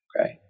okay